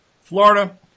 Florida